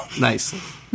Nice